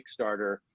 Kickstarter